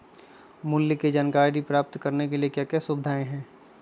मूल्य के जानकारी प्राप्त करने के लिए क्या क्या सुविधाएं है?